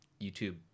YouTube